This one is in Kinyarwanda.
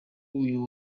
uyu